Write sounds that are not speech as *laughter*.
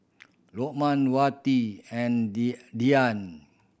Lokman Wati and *unintelligible* Dian